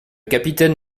capitaine